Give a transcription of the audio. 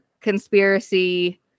conspiracy